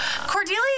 Cordelia